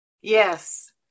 yes